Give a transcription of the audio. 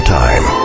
time